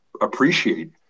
appreciate